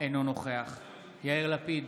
אינו נוכח יאיר לפיד,